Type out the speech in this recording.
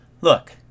look